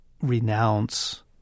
renounce